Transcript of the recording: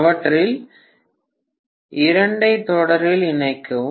அவற்றில் இரண்டை தொடரில் இணைக்கவும்